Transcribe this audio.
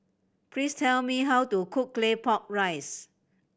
please tell me how to cook Claypot Rice